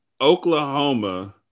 Oklahoma